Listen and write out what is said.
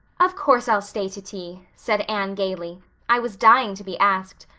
of course i'll stay to tea, said anne gaily. i was dying to be asked.